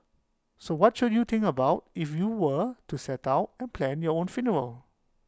so what should you think about if you were to set out and plan your own funeral